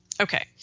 Okay